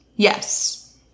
Yes